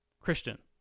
Christian